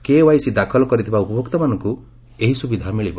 KYC ଦାଖଲ କରିଥିବା ଉପଭୋକ୍ତାମାନଙ୍କୁ ଏହି ସୁବିଧା ମିଳିବ